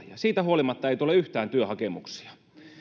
siitä huolimatta ei tule yhtään työhakemuksia